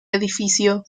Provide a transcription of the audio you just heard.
edificio